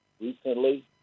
Recently